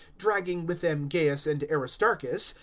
dragging with them gaius and aristarchus,